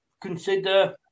consider